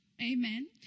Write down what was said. Amen